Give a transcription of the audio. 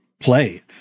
play